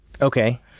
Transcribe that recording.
Okay